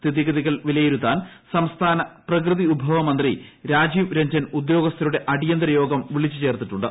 സ്ഥിതിഗതികൾ വിലയിരുത്താൻ സംസ്ഥാന പ്രകൃതിവിഭവ മന്ത്രി രാജീവ് രഞ്ജൻ ഉദ്യോഗസ്ഥരുടെ അടിയന്തര യോഗം വിളിച്ചുചേർത്തിട്ടുണ്ട്